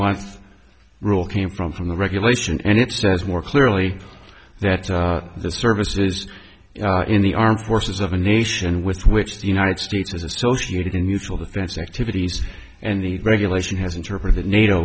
month rule came from from the regulation and it says more clearly that the service is in the armed forces of a nation with which the united states is associated in mutual defense activities and the regulation has interpreted nato